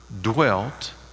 dwelt